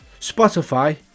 Spotify